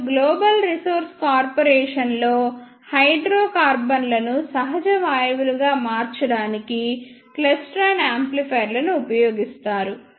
మరియు global resource కార్పొరేషన్లో హైడ్రోకార్బన్లను సహజ వాయువులుగా మార్చడానికి క్లైస్ట్రాన్ యాంప్లిఫైయర్లను ఉపయోగిస్తారు